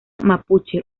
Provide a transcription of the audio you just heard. mapuche